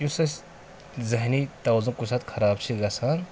یُس اَسہِ ذہنی تَوزُن کُنہِ ساتہٕ خراب چھِ گَژھان